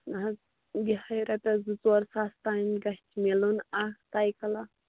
نہَ حظ یِہَے رۄپیَس زٕ ژور ساس تانۍ گَژھِ میلُن اَکھ سایکَل اَکھ